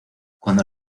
cuando